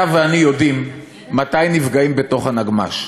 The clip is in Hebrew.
אתה ואני יודעים מתי נפגעים בתוך הנגמ"ש.